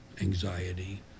anxiety